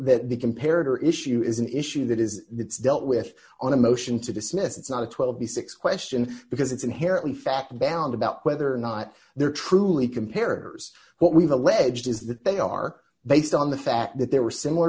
or issue is an issue that is it's dealt with on a motion to dismiss it's not a twelve b six question because it's inherently fact bound about whether or not they're truly compare what we've alleged is that they are based on the fact that there were similar